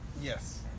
Yes